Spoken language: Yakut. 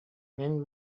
мин